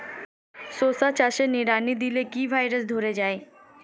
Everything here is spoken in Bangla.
শশা চাষে নিড়ানি দিলে কি ভাইরাস ধরে যায়?